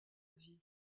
vie